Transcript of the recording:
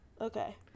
Okay